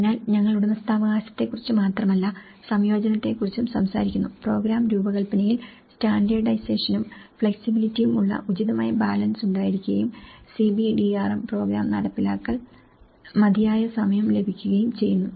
അതിനാൽ ഞങ്ങൾ ഉടമസ്ഥാവകാശത്തെക്കുറിച്ച് മാത്രമല്ല സംയോജനത്തെക്കുറിച്ചും സംസാരിക്കുന്നു പ്രോഗ്രാം രൂപകൽപ്പനയിൽ സ്റ്റാൻഡേർഡൈസേഷനും ഫ്ലെക്സിബിലിറ്റിയും ഉള്ള ഉചിതമായ ബാലൻസ് ഉണ്ടായിരിക്കുകയും CBDRM പ്രോഗ്രാം നടപ്പിലാക്കാൻ മതിയായ സമയം ലഭിക്കുകയും ചെയ്യുന്നു